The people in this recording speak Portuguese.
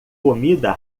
comida